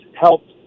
helped